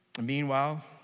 Meanwhile